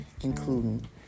including